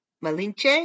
Malinche